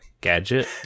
gadget